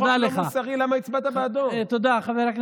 תודה לך.